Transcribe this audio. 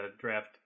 draft